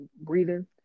breathing